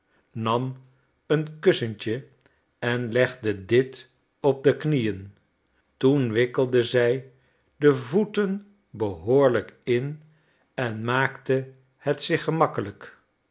nam een kussentje en legde dit op de knieën toen wikkelde zij de voeten behoorlijk in en maakte het zich gemakkelijk